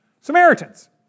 Samaritans